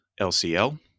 LCL